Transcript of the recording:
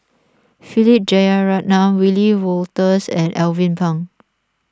Philip Jeyaretnam Wiebe Wolters and Alvin Pang